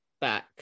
back